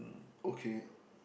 okay